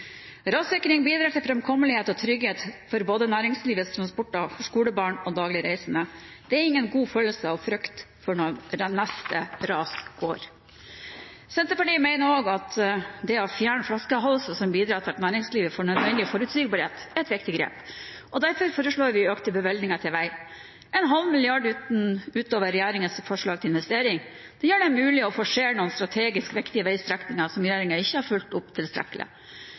Rassikring bidrar til framkommelighet og trygghet for både næringslivets transporter, for skolebarn og for daglig reisende. Det er ingen god følelse å frykte for når det neste raset går. Senterpartiet mener også at det å fjerne flaskehalser vil bidra til at næringslivet får nødvendig forutsigbarhet. Det er et viktig grep, og derfor foreslår vi økte bevilgninger til vei, en halv milliard kroner utover regjeringens forslag til investering. Det gjør det mulig å forsere noen strategisk viktige veistrekninger som regjeringen ikke har fulgt opp tilstrekkelig.